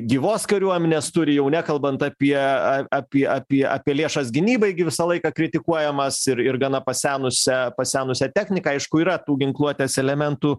gyvos kariuomenės turi jau nekalbant apie apie apie apie lėšas gynybai gi visą laiką kritikuojamas ir ir gana pasenusia pasenusią techniką aišku yra tų ginkluotės elementų